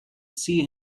see